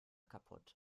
kaputt